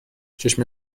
چشم